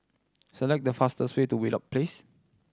select the fastest way to Wheelock Place